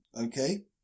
Okay